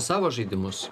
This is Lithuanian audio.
savo žaidimus